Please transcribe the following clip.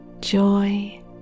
joy